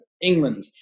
England